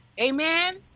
amen